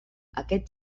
aquest